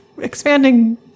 expanding